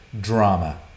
drama